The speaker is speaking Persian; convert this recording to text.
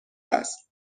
است